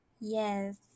Yes